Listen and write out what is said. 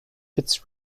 fitz